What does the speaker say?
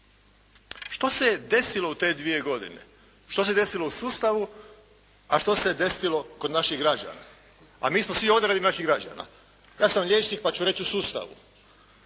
Što se je desilo u te dvije godine? Što se desilo u sustavu, a što se desilo kod naših građana, a mi smo svi … /Ne razumije se./ … naših građana. Ja sam liječnik pa ću reći u sustavu.